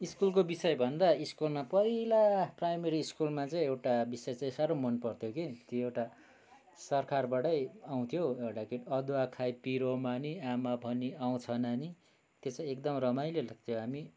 स्कुलको विषय भन्दा स्कुलमा पहिला प्राइमेरी स्कुलमा चाहिँ एउटा विषय चाहिँ साह्रो मन पर्थ्यो के त्यो एउटा सरकारबाटै आउँथ्यो एउटा गीत अदुवा खाइ पिरो मानी आमा भनी आउँछ नानी त्यो चाहिँ एकदम रमाइलो लाग्थ्यो हामी